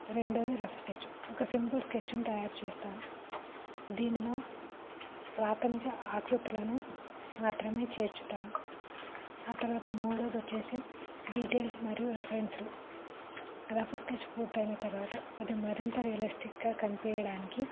రెండోది rough sketch ఒక simple స్కెచ్ను తయారు చేస్తాను దీనిలో ప్రాథమిక ఆకృతులను మాత్రమే చేర్చుతాను ఆ తర్వాత మూడోది వచ్చేసి డీటెయిల్స్ మరియు రిఫరెన్స్లు రఫ్ స్కెచ్ పూర్తయిన తర్వాత అది మరింత రియలిస్టిక్గా కనిపించడానికి